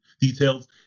details